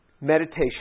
Meditation